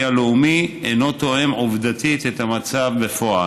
הלאומי אינו תואם עובדתית את המצב בפועל.